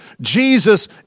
Jesus